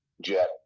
jet